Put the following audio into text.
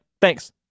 Thanks